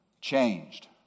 changed